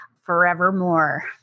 forevermore